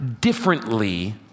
differently